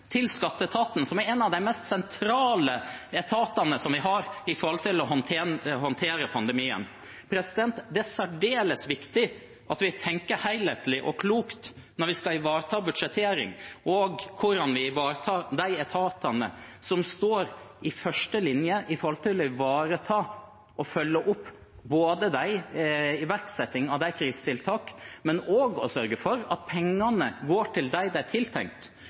til skatteetaten, som er en av de mest sentrale etatene vi har når det gjelder å håndtere pandemien. Det er særdeles viktig at vi tenker helhetlig og klokt når vi skal ivareta budsjettering og de etatene som står i første linje, både for å ivareta og følge opp iverksetting av krisetiltak, for å sørge for at pengene går til dem de er tiltenkt,